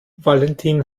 valentin